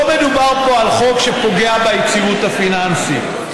לא מדובר פה על חוק שפוגע ביציבות הפיננסית,